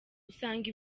usanga